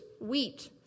wheat